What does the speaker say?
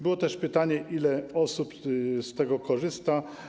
Było też pytanie, ile osób z tego korzysta.